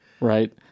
right